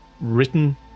written